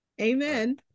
Amen